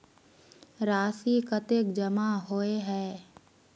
राशि कतेक जमा होय है?